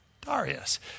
Darius